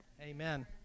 Amen